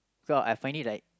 cause I find it like